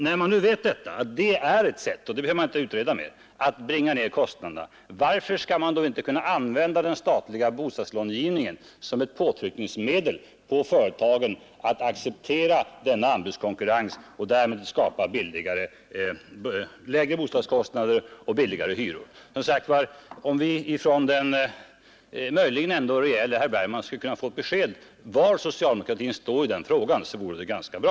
När man nu vet detta, varför skall man då inte kunna använda den statliga bostadslånegivningen som ett påtryckningsmedel på företag och lånemyndigheter för att få dem att acceptera sådan anbudskonkurrens och därigenom skapa lägre bostadskostnader och billigare hyror? Om vi som sagt från den rejäle herr Bergman skulle kunna få besked om var socialdemokratin står i den frågan. vore det ganska bra.